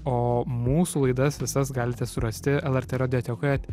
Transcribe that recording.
o mūsų laidas visas galite surasti lrt radiotekoje